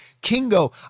Kingo